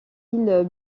îles